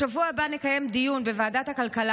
בשבוע הבא נקיים דיון בוועדת הכלכלה